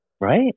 Right